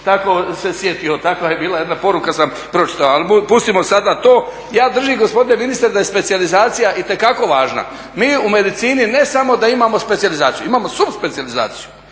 sam se sjetio takva je bila jedna poruka sam pročitao, ali pustimo sada to. Ja držim gospodine ministre da je specijalizacija itekako važna. Mi u medicini ne samo da imamo specijalizaciju imamo subspecijalizaciju